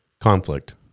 conflict